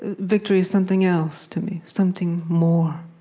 victory is something else, to me, something more.